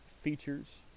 Features